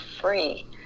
free